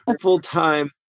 full-time